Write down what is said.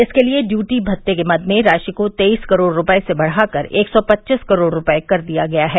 इसके लिए ड्यूटी भत्ते के मद में राशि को तेईस करोड़ रूपये से बढ़ाकर एक सौ पच्चीस करोड़ रूपये कर दिया गया है